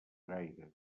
gaire